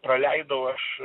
praleidau aš